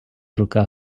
руках